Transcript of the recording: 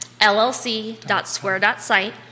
llc.square.site